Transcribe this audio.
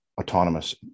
autonomous